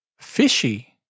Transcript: Fishy